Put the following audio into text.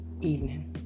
evening